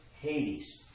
Hades